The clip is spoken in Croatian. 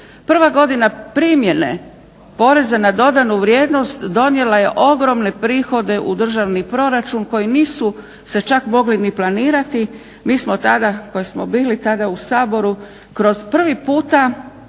Prva godina primjene PDV-a donijela je ogromne prihode u državni proračun koji nisu se čak mogli ni planirati. Mi smo tada koji smo bili tada u Saboru kroz prvi puta